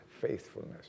faithfulness